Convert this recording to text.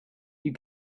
you